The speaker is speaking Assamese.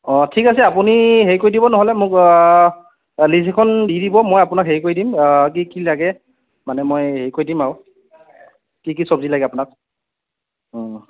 অঁ ঠিক আছে আপুনি হেৰি কৰি দিব নহ'লে মোক অঁ লিষ্ট এখন দি দিব মই আপোনাক হেৰি কৰি দিম কি কি লাগে মানে মই হেৰি কৰি দিম আৰু কি কি চব্জি লাগে আপোনাক